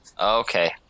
Okay